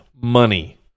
money